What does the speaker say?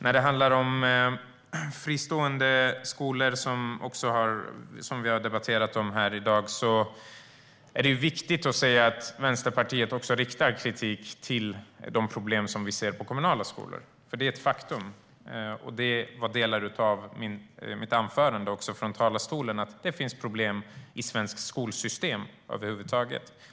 När det gäller friskoledebatten är det viktigt att säga att Vänsterpartiet också riktar kritik mot de problem vi ser på kommunala skolor. Det är ett faktum. I mitt anförande i talarstolen sa jag att det finns problem i svenskt skolsystem över huvud taget.